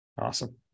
Awesome